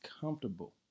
comfortable